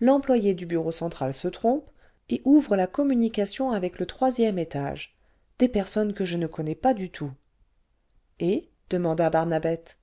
du bureau central se trompe et ouvre la communication avec le troisième étage des personnes que je ne connais pas du tout et demanda barnabette